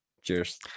Cheers